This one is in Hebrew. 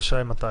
השאלה היא מתי,